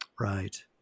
right